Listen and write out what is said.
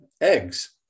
Eggs